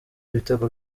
ibitego